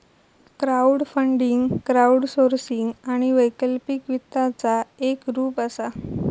crowdfunding crowdsourcing आणि वैकल्पिक वित्ताचा एक रूप असा